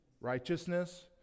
righteousness